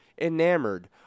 enamored